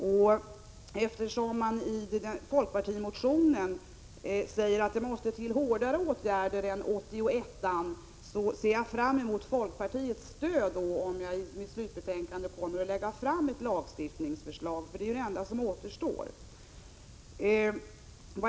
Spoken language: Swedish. I folkpartimotionen säger man att det måste till hårdare åtgärder än 1981 års rekommendation, och jag ser fram emot folkpartiets stöd om jag i mitt slutbetänkande lägger fram ett lagstiftningsförslag — det är ju det enda som återstår.